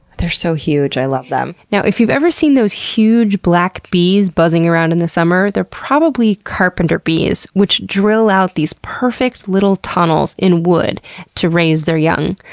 they're so huge. i love them. now, if you've ever seen those huge black bees buzzing around in the summer, they're probably carpenter bees, which drill out these perfect little tunnels in wood to raise their young.